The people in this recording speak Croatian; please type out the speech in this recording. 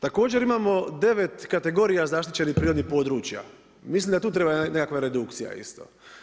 Također imamo devet kategorija zaštićenih prirodnih područja, mislim da tu treba neka redukcija isto.